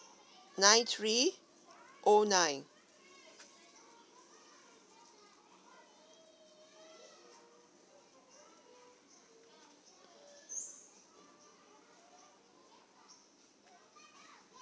nine three O nine